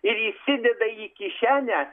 ir įsideda į kišenę